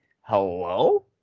Hello